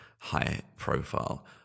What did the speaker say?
high-profile